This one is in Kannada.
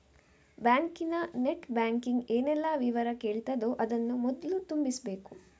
ಬ್ಯಾಂಕಿನ ನೆಟ್ ಬ್ಯಾಂಕಿಂಗ್ ಏನೆಲ್ಲ ವಿವರ ಕೇಳ್ತದೋ ಅದನ್ನ ಮೊದ್ಲು ತುಂಬಿಸ್ಬೇಕು